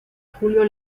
julio